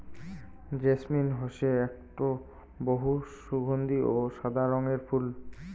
jasmine হসে আকটো বহু সগন্ধিও সাদা রঙের ফুল